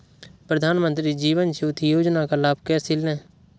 प्रधानमंत्री जीवन ज्योति योजना का लाभ कैसे लें?